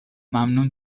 ممنون